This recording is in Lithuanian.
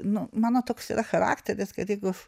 nu mano toks yra charakteris kad jeigu